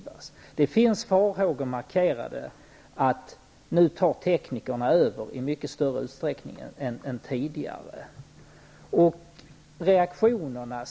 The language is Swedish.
Det finns farhågor markerade att teknikerna nu tar över i större utsträckning än tidigare.